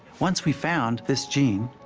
once we found this gene,